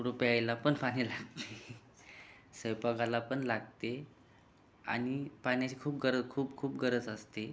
कुठं प्यायला पण पाणी लागते सैपाकाला पण लागते आणि पाण्याची खूप गरज खूप खूप गरज असते